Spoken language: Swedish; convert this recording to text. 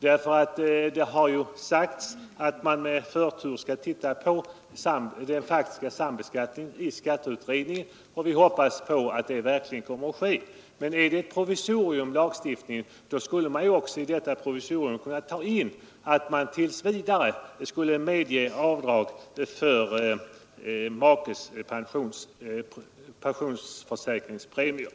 Det har sagts att man i skatteutredningen med förtur borde titta på den faktiska sambeskattningen, och vi hoppas att detta verkligen kommer att ske. Om lagstiftningen är ett provisorium, skulle man i denna också kunna ta in att avdrag tills vidare medges för makes pensionsförsäkringspremier.